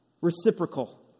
Reciprocal